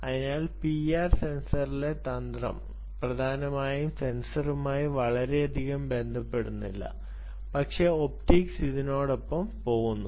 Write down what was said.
അതിനാൽ പിആർ സെൻസറിലെ തന്ത്രം പ്രധാനമായും സെൻസറുമായി വളരെയധികം ബന്ധപ്പെടുന്നില്ല പക്ഷേ ഒപ്റ്റിക്സ് അതിനൊപ്പം പോകുന്നു